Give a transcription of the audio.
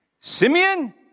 Simeon